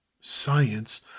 Science